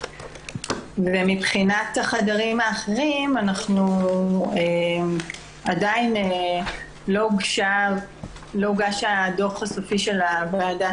ומבחינת החדרים האחרים עדיין לא הוגש הדו"ח הסופי של הוועדה